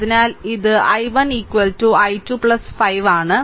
അതിനാൽ ഇത് I1 I2 5 ആണ്